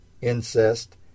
incest